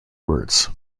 words